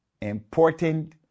important